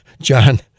John